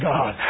God